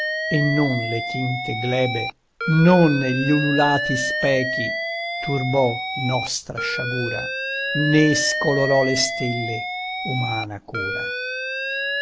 e non le tinte glebe non gli ululati spechi turbò nostra sciagura né scolorò le stelle umana cura